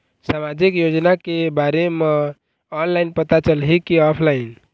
सामाजिक योजना के बारे मा ऑनलाइन पता चलही की ऑफलाइन?